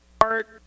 art